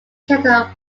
cattle